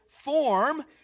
form